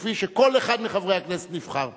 כפי שכל אחד מחברי הכנסת נבחר פה.